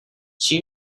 she